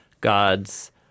God's